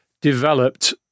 developed